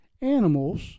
animals